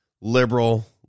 liberal